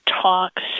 talks